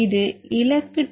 இது இலக்கு template dot